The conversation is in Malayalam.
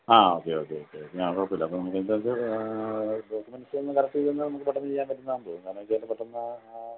ആ ഓക്കെ ഓക്കേ ഓക്കേ കുഴപ്പമില്ല അപ്പോൾ എന്തായാലും ഡോക്യുമെൻ്റസ് ഒന്ന് കറക്റ്റ് ചെയ്ത് തന്നാൽ നമുക്ക് പെട്ടെന്ന് ചെയ്യാൻ പറ്റുമെന്നാണ് തോന്നുന്നത് കാരണം പെട്ടെന്ന്